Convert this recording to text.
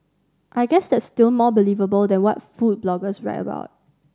I guess that's still more believable than what food bloggers write about